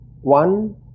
One